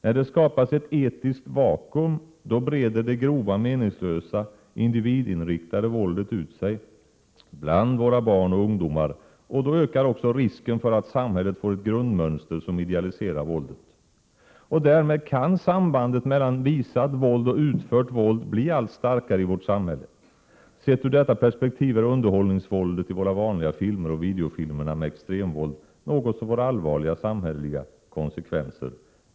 När det skapas ett etiskt vakuum breder det grova och meningslösa individinriktade våldet ut sig bland våra barn och ungdomar, och då ökar också risken för att samhället får ett grundmönster som idealiserar våldet. Därmed kan sambandet mellan visat våld och utfört våld bli allt starkare i vårt samhälle. Sett ur detta perspektiv är underhållningsvåldet i våra vanliga filmer och i videofilmerna med extremvåld något som får allvarliga samhälleliga konsekvenser.